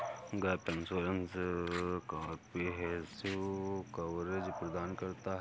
gap insurance comprehensive coverage प्रदान करता है